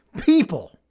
People